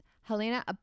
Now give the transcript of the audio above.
Helena